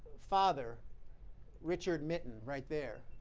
father richard mitten right there.